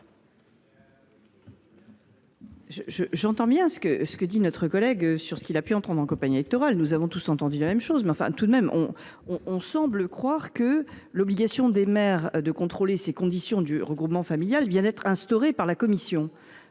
tout à fait ce que dit notre collègue sur ce qu’il a entendu pendant sa campagne électorale : nous avons tous entendu la même chose. Mais, tout de même, on semble croire que l’obligation pour les maires de contrôler les conditions du regroupement familial vient d’être instaurée par la commission